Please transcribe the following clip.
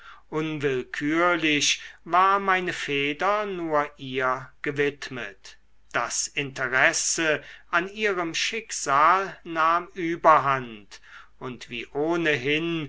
unwillkürlich war meine feder nur ihr gewidmet das interesse an ihrem schicksal nahm überhand und wie ohnehin